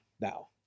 now